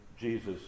Jesus